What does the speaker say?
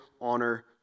honor